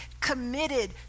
committed